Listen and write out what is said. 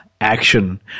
action